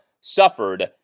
suffered